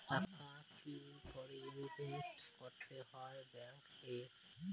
টাকা কি করে ইনভেস্ট করতে হয় ব্যাংক এ?